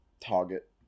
target